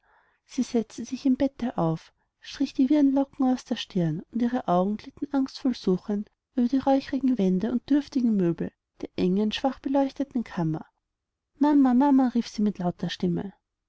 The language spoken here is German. sie setzte sich im bette auf strich die wirren locken aus der stirn und ihre augen glitten angstvoll suchend über die räucherigen wände und dürftigen möbel der engen schwach beleuchteten kammer mama mama rief sie mit lauter stimme